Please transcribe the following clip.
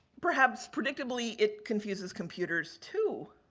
perhaps, predictably, it confuses computers too.